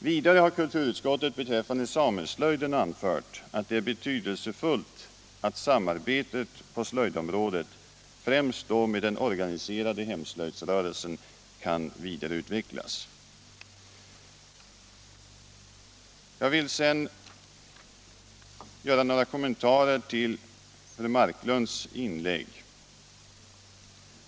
Vidare har kulturutskottet beträffande sameslöjden anfört att det är betydelsefullt att samarbetet på slöjdområdet. främst då med den organiserade hemslöjdsrörelsen. kan vidareutvecklas. Jag vill så göra några kommentarer till fru Marklunds inlägg.